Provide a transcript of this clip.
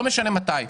לא משנה מתי,